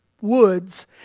woods